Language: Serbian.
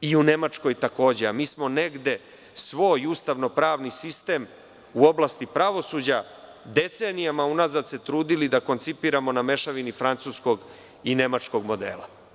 I u Nemačkoj takođe, a mi smo negde svoj ustavno-pravni sistem u oblasti pravosuđa decenijama unazad se trudili da koncipiramo na mešavini francuskog i nemačkog modela.